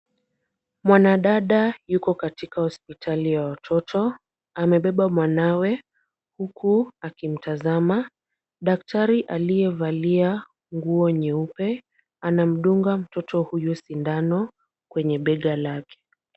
Mwanadada yuko katika hospitali ya watoto, amebeba mwanawe, huku akimtazama. Daktari aliyevalia nguo nyeupe anamdunga mtoto huyo sindano, kwenye bega lake.